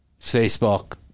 Facebook